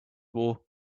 war